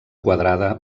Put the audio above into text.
quadrada